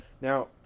Now